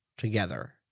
together